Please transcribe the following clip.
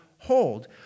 Hold